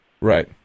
Right